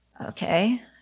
Okay